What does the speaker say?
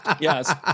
Yes